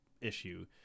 issue